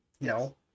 No